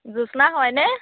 জোস্না হয়নে